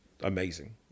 amazing